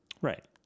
Right